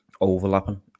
overlapping